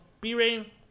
B-Ray